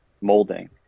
molding